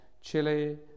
Chile